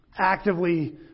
actively